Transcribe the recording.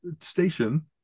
station